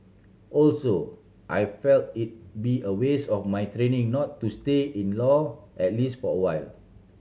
also I feel it'd be a waste of my training not to stay in law at least for a while